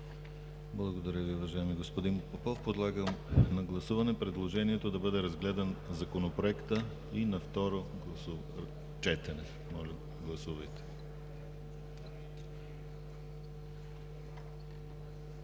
Благодаря Ви, уважаеми господин Попов. Подлагам на гласуване предложението Законопроекта да бъде разгледан и на второ четене. Моля, гласувайте.